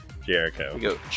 Jericho